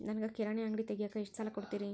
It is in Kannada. ನನಗ ಕಿರಾಣಿ ಅಂಗಡಿ ತಗಿಯಾಕ್ ಎಷ್ಟ ಸಾಲ ಕೊಡ್ತೇರಿ?